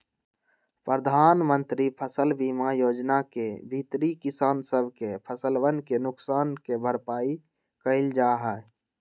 प्रधानमंत्री फसल बीमा योजना के भीतरी किसान सब के फसलवन के नुकसान के भरपाई कइल जाहई